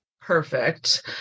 perfect